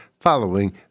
Following